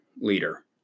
leader